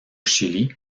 chili